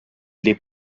les